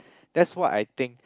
that's what I think